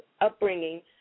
upbringing